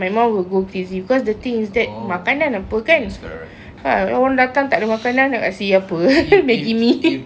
my mum will go crazy because the thing is that makanan apa kan ha orang datang tak ada makanan nak kasih apa maggi mee